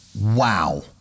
wow